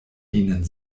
dienen